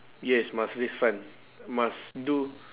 yes must raise fund must do